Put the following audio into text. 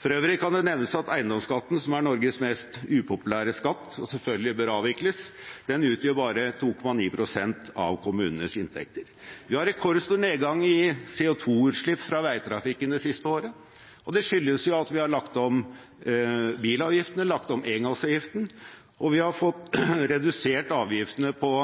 For øvrig kan det nevnes at eiendomsskatten, som er Norges mest upopulære skatt, og selvfølgelig bør avvikles, utgjør bare 2,9 pst. av kommunenes inntekter. Vi har rekordstor nedgang i CO2-utslipp fra veitrafikken det siste året, og det skyldes at vi har lagt om bilavgiftene, lagt om engangsavgiften, og vi har fått redusert avgiftene på